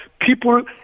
people